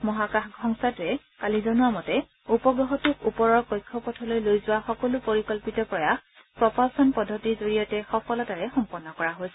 মহাকাশ সংস্থাটোৱে কালি জনোৱা মতে উপগ্ৰহটোক ওপৰৰ কক্ষপথলৈ লৈ যোৱা সকলো পৰিকল্পিত প্ৰয়াস প্ৰপালছন পদ্ধতিৰ জৰিয়তে সফলতাৰে সম্পন্ন কৰা হৈছে